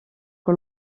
que